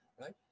right